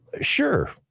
Sure